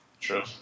True